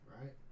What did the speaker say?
Right